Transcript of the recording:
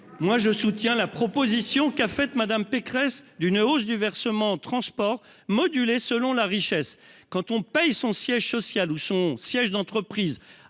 je soutiens la proposition qu'a formulée Mme Pécresse d'une hausse du versement mobilité modulée selon la richesse. Quand on paie son siège social ou son siège d'entreprise